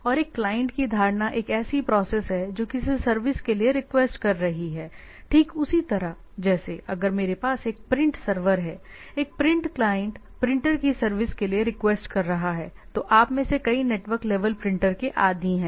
और एक क्लाइंट की धारणा एक ऐसी प्रोसेस है जो किसी सर्विस के लिए रिक्वेस्ट कर रही है ठीक उसी तरह जैसे अगर मेरे पास एक प्रिंट सर्वर है एक प्रिंट क्लाइंट प्रिंटर की सर्विस के लिए रिक्वेस्ट कर रहा है तो आप में से कई नेटवर्क लेवल प्रिंटर के आदी हैं